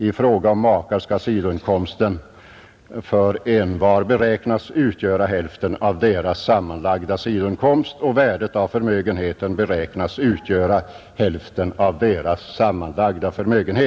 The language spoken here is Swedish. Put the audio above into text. I fråga om makar skall sidoinkomsten för envar beräknas utgöra hälften av deras sammanlagda sidoinkomst och värdet av förmögenheten beräknas utgöra hälften av deras sammanlagda förmögenhet.